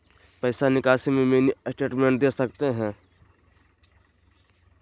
पैसा निकासी में मिनी स्टेटमेंट दे सकते हैं?